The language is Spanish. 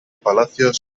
palacios